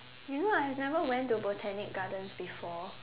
no I have never went to Botanic Gardens before